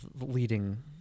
leading